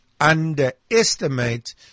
underestimate